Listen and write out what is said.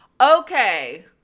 okay